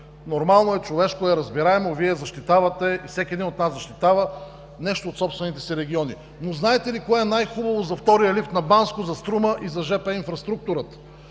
Нормално е, човешко е, разбираемо е, Вие защитавате и всеки един нас защитава нещо от собствените си региони. Но знаете ли кое е най-хубаво за втория лифт на Банско, за Струма и за жп инфраструктурата?